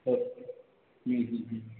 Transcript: हा